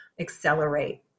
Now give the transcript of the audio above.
accelerate